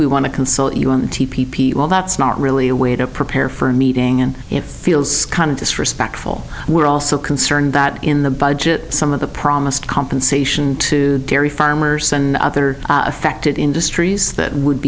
and well that's not really a way to prepare for a meeting and it feels kind of disrespectful we're also concerned that in the budget some of the promised compensation to dairy farmers and other affected industries that would